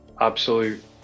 Absolute